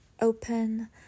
open